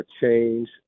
change